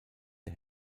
der